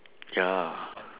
ya